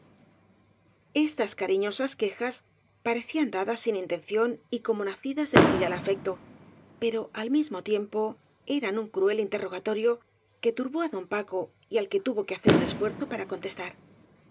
estas cariñosas quejas parecían dadas sin inten ción y como nacidas del filial afecto pero al mis mo tiempo eran un cruel interrogatorio que tur bó á don paco y al que tuvo que hacer un esfuer zo para contestar